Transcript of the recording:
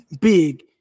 big